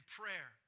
prayer